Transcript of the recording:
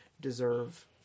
deserve